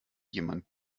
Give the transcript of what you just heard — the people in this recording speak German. jemand